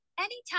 Anytime